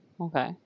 okay